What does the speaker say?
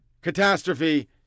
catastrophe